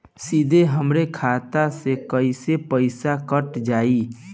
सीधे हमरे खाता से कैसे पईसा कट जाई?